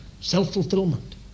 self-fulfillment